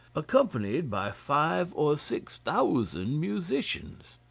accompanied by five or six thousand musicians.